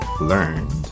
learned